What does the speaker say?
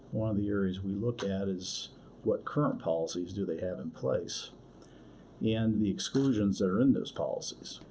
one of the areas we look at is what current policies do they have in place and the exclusions that are in those policies.